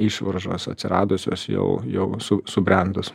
išvaržos atsiradusios jau jau su subrendus